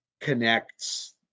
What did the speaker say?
connects